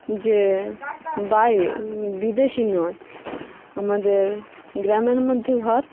যে বাই বিদেশি নয় আমাদের গ্রামের মধ্যে ঘর